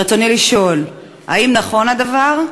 רצוני לשאול: 1. האם נכון הדבר?